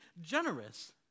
generous